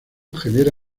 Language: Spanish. genera